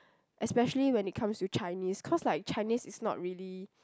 especially when it comes to Chinese cause like Chinese is not really